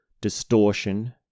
Distortion